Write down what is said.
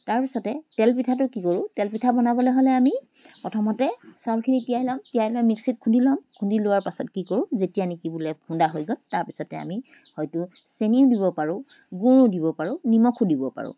তাৰপিছতে তেলপিঠাটো কি কৰোঁ তেলপিঠা বনাবলৈ হ'লে আমি প্ৰথমতে চাউলখিনি তিয়াই ল'ম তিয়াই লৈ মিক্সিত খুন্দি লওঁ খুন্দি লোৱাৰ পাছত কি কৰোঁ যেতিয়া কি বোলে খুন্দা হৈ গ'ল তাৰপিছত আমি হয়টো চেনিও দিব পাৰোঁ গুড় দিব পাৰোঁ নিমখো দিব পাৰোঁ